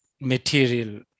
material